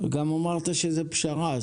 גם אמרת שזאת פשרה.